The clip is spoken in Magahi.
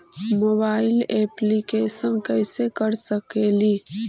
मोबाईल येपलीकेसन कैसे कर सकेली?